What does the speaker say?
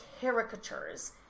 caricatures